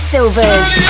Silvers